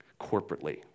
corporately